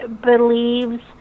believes